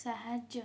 ସାହାଯ୍ୟ